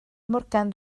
morgan